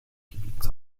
gebiets